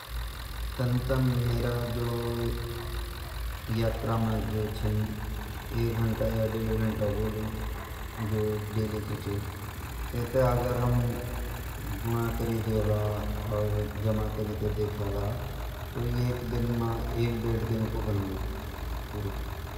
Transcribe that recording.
जन मि सप्ताह मा 6 घंटा जानू वेगा दिन बना चार सप्ताहा योक दिन पपूरु वे जान।